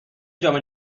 جام